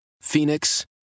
Phoenix